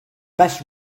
best